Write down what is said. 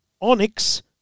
Onyx